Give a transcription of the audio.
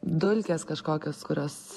dulkės kažkokios kurios